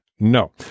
No